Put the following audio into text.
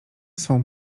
swą